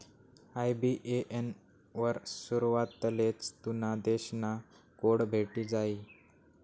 IBAN वर सुरवातलेच तुना देश ना कोड भेटी जायी